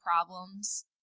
problems